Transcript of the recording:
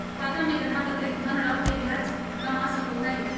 खाता में ग्राहक अतिरिक्त धन रख के ब्याज कमा सको हइ